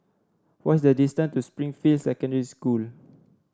what is the distance to Springfield Secondary School